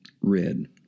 Red